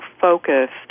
focused